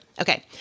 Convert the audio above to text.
Okay